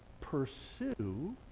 Pursue